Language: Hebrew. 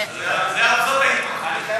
זאת ההתמכרות.